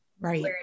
right